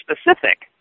specific